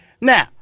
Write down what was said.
Now